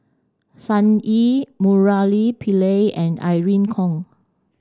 Sun Yee Murali Pillai and Irene Khong